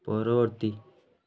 ପରବର୍ତ୍ତୀ